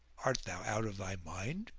art thou out of thy mind?